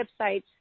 websites